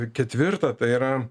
ketvirta tai yra